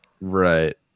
right